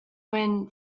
when